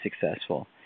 successful